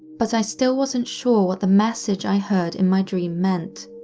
but i still wasn't sure what the message i heard in my dream meant,